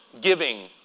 Giving